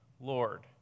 Lord